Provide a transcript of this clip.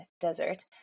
Desert